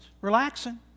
relaxing